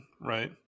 right